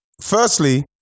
Firstly